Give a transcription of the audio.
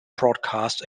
broadcast